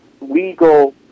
legal